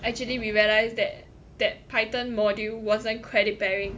actually we realize that that python module wasn't credit bearing